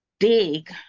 Dig